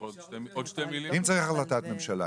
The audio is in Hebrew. אם צריך החלטת ממשלה,